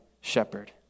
shepherd